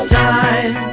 time